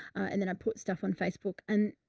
and then i put stuff on facebook and.